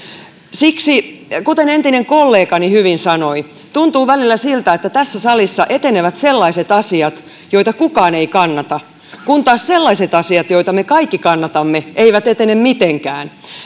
kuten entinen kollegani hyvin sanoi tuntuu välillä siltä että tässä salissa etenevät sellaiset asiat joita kukaan ei kannata kun taas sellaiset asiat joita me kaikki kannatamme eivät etene mitenkään